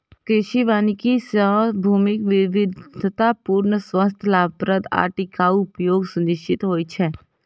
कृषि वानिकी सं भूमिक विविधतापूर्ण, स्वस्थ, लाभप्रद आ टिकाउ उपयोग सुनिश्चित होइ छै